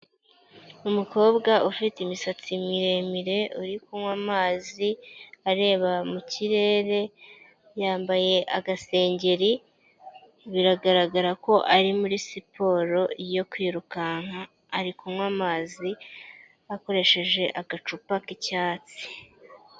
Umukobwa ufite imisatsi miremire, uri kunywa amazi areba mu kirere, yambaye agasengeri biragaragara ko ari muri siporo yo kwirukanka, ari kunywa amazi akoresheje agacupa k'icyatsi.